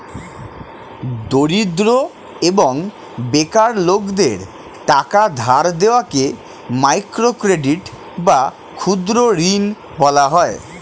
দরিদ্র এবং বেকার লোকদের টাকা ধার দেওয়াকে মাইক্রো ক্রেডিট বা ক্ষুদ্র ঋণ বলা হয়